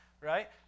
right